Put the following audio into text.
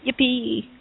Yippee